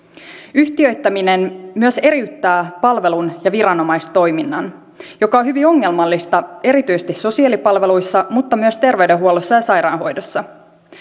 yhtiöittäminen myös eriyttää palvelun ja viranomaistoiminnan mikä on hyvin ongelmallista erityisesti sosiaalipalveluissa mutta myös terveydenhuollossa ja sairaanhoidossa